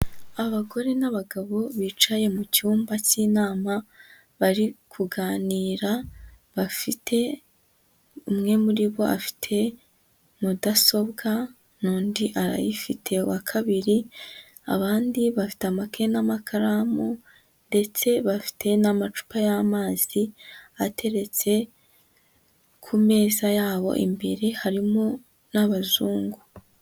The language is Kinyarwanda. Abagore n'abagabo bicaye mu cyumba cy'inama bari kuganira bafite umwe muri bo afite mudasobwa n'undi arayifite wa kabiri, abandi bafite amakayi n'amakaramu ndetse bafite n'amacupa y'amazi ateretse ku meza yabo imbere harimo n'abazungu.